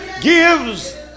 gives